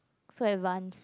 so advance